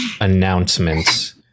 announcements